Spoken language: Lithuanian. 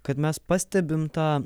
kad mes pastebim tą